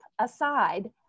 aside